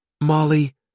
Molly